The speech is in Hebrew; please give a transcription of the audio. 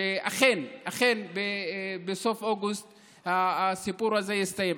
אכן בסוף אוגוסט הסיפור הזה יסתיים.